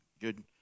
good